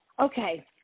Okay